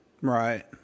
Right